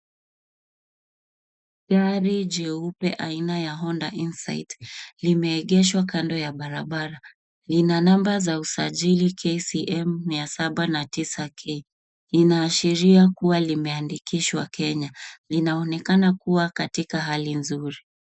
Gari jeupe aina ya Honda Insight limeegeshwa kando ya bara bara lina number za usajili KCM 7009K liinaashiria kuwa limeandikishwa Kenya linaonekana kuwa katika hali nzuri